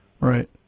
Right